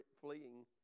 fleeing